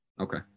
okay